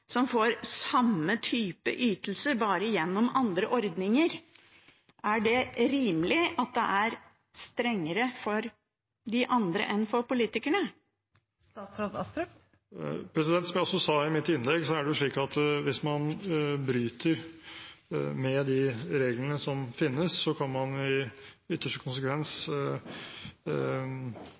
som får samme type ytelser, men bare gjennom andre ordninger? Er det rimelig at det er strengere for de andre enn for politikerne? Som jeg også sa i mitt innlegg, er det slik at hvis man bryter med de reglene som finnes, kan man i ytterste konsekvens